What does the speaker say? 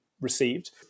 received